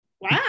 Wow